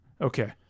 Okay